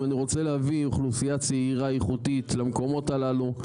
אם אני רוצה להביא אוכלוסייה צעירה איכותית למקומות הללו,